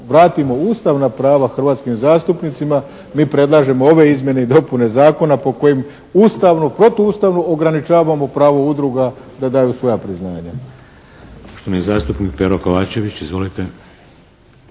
vratimo ustavna prava hrvatskim zastupnicima, mi predlažemo ove izmjene i dopune zakona po kojim ustavno, protuustavno ograničavamo pravo udruga da daju svoja priznanja.